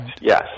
yes